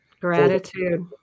Gratitude